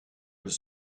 was